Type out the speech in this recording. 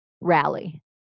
rally